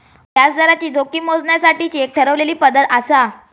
व्याजदराची जोखीम मोजण्यासाठीची एक ठरलेली पद्धत आसा